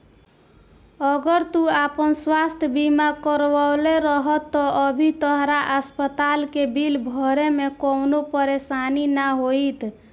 अगर तू आपन स्वास्थ बीमा करवले रहत त अभी तहरा अस्पताल के बिल भरे में कवनो परेशानी ना होईत